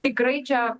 tikrai čia